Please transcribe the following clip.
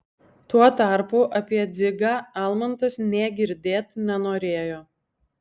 tuo tarpu apie dzigą almantas nė girdėt nenorėjo